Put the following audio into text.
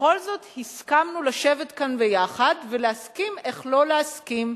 בכל זאת הסכמנו לשבת כאן ביחד ולהסכים איך לא להסכים.